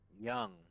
Young